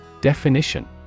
Definition